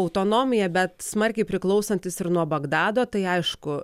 autonomiją bet smarkiai priklausantis ir nuo bagdado tai aišku